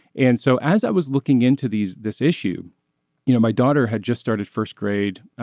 and so as i was looking into these this issue you know my daughter had just started first grade.